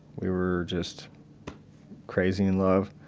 we were just crazy in love.